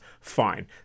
fine